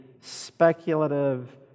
speculative